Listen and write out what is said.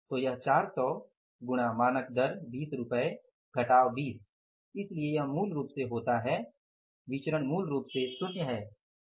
तो यह 400 गुणा मानक दर 20 रुपये घटाव 20 इसलिए यह मूल रूप से होता है विचरण मूल रूप से शून्य है